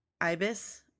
ibis